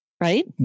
right